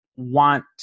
want